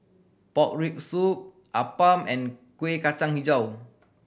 pork rib soup appam and Kueh Kacang Hijau